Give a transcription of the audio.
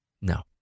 no